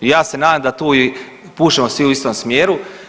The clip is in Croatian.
I ja se nadam da tu i pušemo svi u istom smjeru.